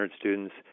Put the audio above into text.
students